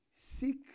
seek